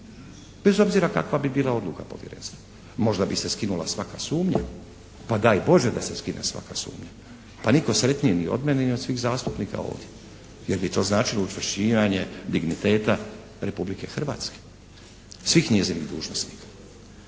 Bez obzira kakva bi bila odluka Povjerenstva. Možda bi se skinula svaka sumnja, pa daj Bože da se skine svaka sumnja, pa nitko sretniji ni od mene i od svih zastupnika ovdje. Jer bi to značilo učvršćivanje digniteta Republike Hrvatske. Svih njezinih dužnosnika.